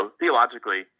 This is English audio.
theologically